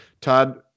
Todd